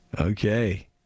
Okay